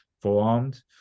forearmed